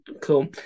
Cool